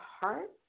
heart